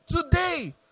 today